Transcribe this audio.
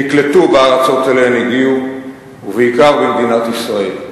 נקלטו בארצות שאליהן הם הגיעו ובעיקר במדינת ישראל.